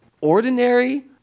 ordinary